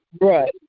Right